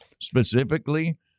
specifically